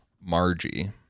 Margie